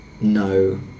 No